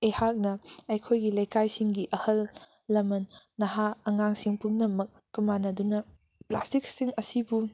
ꯑꯩꯍꯥꯛ ꯑꯩꯈꯣꯏꯒꯤ ꯂꯩꯀꯥꯏꯁꯤꯡꯒꯤ ꯑꯍꯜ ꯂꯃꯟ ꯅꯍꯥ ꯑꯉꯥꯡꯁꯤꯡ ꯄꯨꯝꯅꯃꯛꯀ ꯃꯥꯟꯅꯗꯨꯅ ꯄ꯭ꯂꯥꯁꯇꯤꯛꯁꯤꯡ ꯑꯁꯤꯕꯨ